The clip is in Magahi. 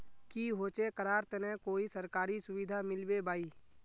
की होचे करार तने कोई सरकारी सुविधा मिलबे बाई?